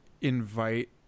invite